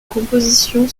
composition